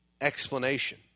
explanation